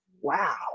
Wow